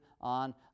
on